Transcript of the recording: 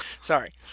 Sorry